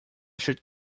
should